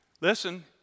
Listen